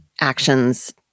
actions